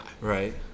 Right